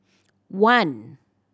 one